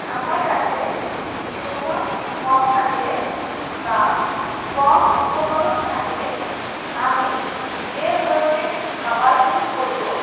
আমার কাছে সময় কম থাকলে বা কম উপকরণ থাকলে আমি যে ধরনের খাবারগুলি করবো